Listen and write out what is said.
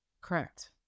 Correct